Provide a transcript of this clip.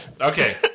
Okay